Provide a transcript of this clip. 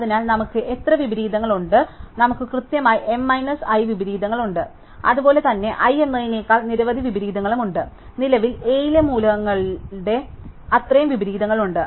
അതിനാൽ നമുക്ക് എത്ര വിപരീതങ്ങളുണ്ട് നമുക്ക് കൃത്യമായി m മൈനസ് i വിപരീതങ്ങളുണ്ട് അതുപോലെ തന്നെ i എന്നതിനേക്കാൾ നിരവധി വിപരീതങ്ങളുണ്ട് നിലവിൽ A ലെ മൂലകങ്ങളുടെ അത്രയും വിപരീതങ്ങളുണ്ട് അതായത് n മൈനസ് 1